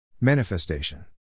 Manifestation